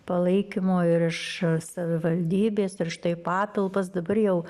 palaikymo ir iš savivaldybės ir štai patalpas dabar jau